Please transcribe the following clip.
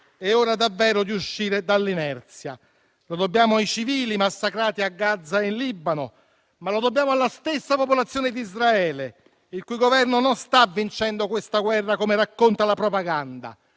È ora davvero di uscire dall'inerzia: lo dobbiamo ai civili massacrati a Gaza e in Libano, ma lo dobbiamo alla stessa popolazione di Israele, il cui Governo non sta vincendo questa guerra - come racconta la propaganda